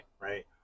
Right